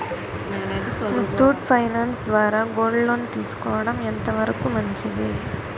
Muthoot finance ద్వారా gold loan తీసుకోవడం ఎంత వరకు మంచిది?